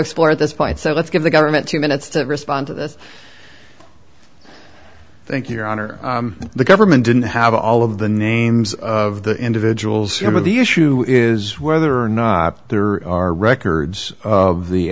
explore at this point so let's give the government two minutes to respond to this thank you your honor the government didn't have all of the names of the individuals here but the issue is whether or not there are records of the